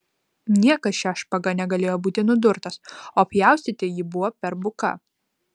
niekas šia špaga negalėjo būti nudurtas o pjaustyti ji buvo per buka